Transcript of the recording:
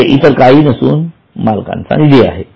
हे इतर काही नसून मालकांचा निधी आहे